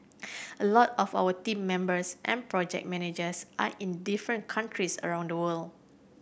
a lot of our team members and project managers are in different countries around the world